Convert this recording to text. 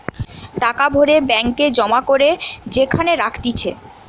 টাকা ভরে ব্যাঙ্ক এ জমা করে যেখানে রাখতিছে